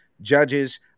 judges